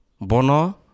Bono